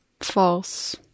False